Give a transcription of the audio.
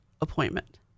appointment